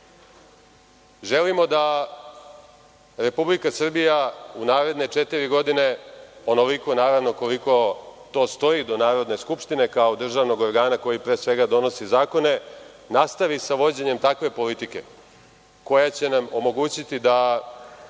Želimo da Republike Srbije u naredne četiri godine, onoliko naravno koliko to stoji do narodne skupštine kao državnog organa koji pre svega donosi zakone, nastavi sa vođenjem takve politike koja će nam omogućiti da